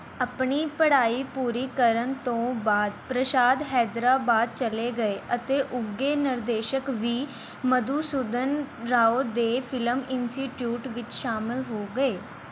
ਆਪਣੀ ਪੜ੍ਹਾਈ ਪੂਰੀ ਕਰਨ ਤੋਂ ਬਾਅਦ ਪ੍ਰਸ਼ਾਦ ਹੈਦਰਾਬਾਦ ਚਲੇ ਗਏ ਅਤੇ ਉੱਘੇ ਨਿਰਦੇਸ਼ਕ ਵੀ ਮਧੂਸੂਦਨ ਰਾਓ ਦੇ ਫਿਲਮ ਇੰਸਟੀਟਿਊਟ ਵਿੱਚ ਸ਼ਾਮਲ ਹੋ ਗਏ